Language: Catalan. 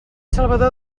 salvador